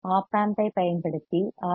op ஆம்பைப் பயன்படுத்தி R